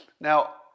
Now